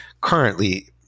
currently –